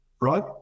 right